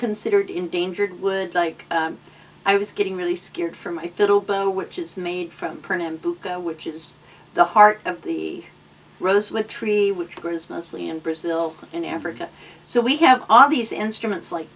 considered endangered would like i was getting really scared for my fiddle bow which is made from print and book which is the heart of the rose with tree which grows mostly in brazil in africa so we have all these instruments like